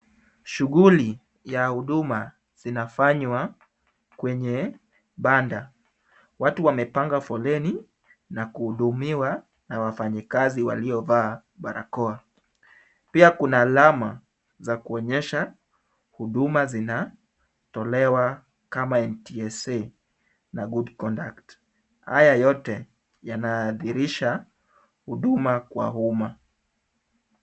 Shughuli ya huduma inafanywa kwenye banda. Watu wamepanga foleni na kuhudumiwa na wafanyikazi waliovaa barakoa. Pia Kuna alama za kuonyesha huduma zinatolewa kama (cs) NTSA(cs) na (cs) GOOD CONDUCT (cs). Haya yote yanadhihirisha huduma kwa umma.